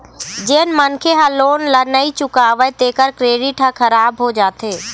जेन मनखे ह लोन ल नइ चुकावय तेखर क्रेडिट ह खराब हो जाथे